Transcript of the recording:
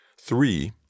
Three